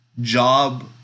job